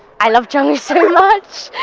i love jungwoo so much,